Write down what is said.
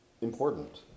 important